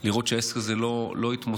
כדי לראות שהעסק הזה לא יתמוסס.